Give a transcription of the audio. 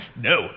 No